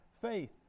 faith